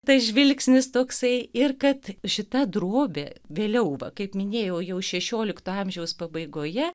tas žvilgsnis toksai ir kad šita drobė vėliau kaip minėjau jau šešiolikto amžiaus pabaigoje